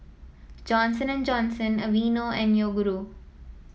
Johnson And Johnson Aveeno and Yoguru